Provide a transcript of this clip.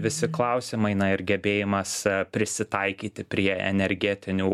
visi klausimai na ir gebėjimas prisitaikyti prie energetinių